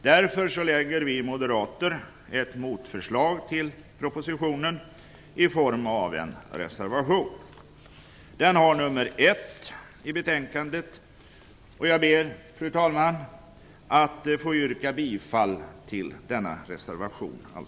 Därför lämnar vi moderater ett motförslag till propositionen i form av en reservation. Den har nummer 1 i betänkandet, och jag ber att få yrka bifall till denna reservation.